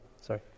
Sorry